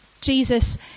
Jesus